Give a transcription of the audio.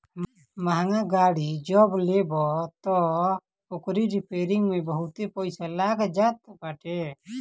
महंग गाड़ी जब लेबअ तअ ओकरी रिपेरिंग में बहुते पईसा लाग जात बाटे